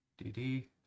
DD